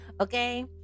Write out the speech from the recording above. okay